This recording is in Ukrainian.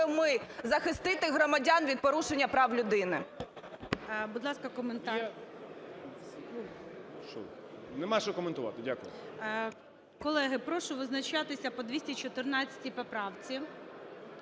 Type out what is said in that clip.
захистити громадян від порушення прав людини.